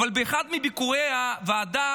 אבל באחד מביקורי הוועדה